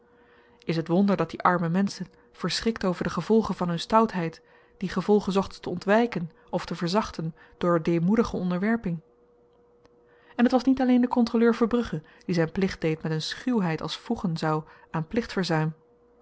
is t wonder dat die arme menschen verschrikt over de gevolgen van hun stoutheid die gevolgen zochten te ontwyken of te verzachten door deemoedige onderwerping en t was niet alleen de kontroleur verbrugge die zyn plicht deed met een schuwheid als voegen zou aan